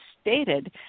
stated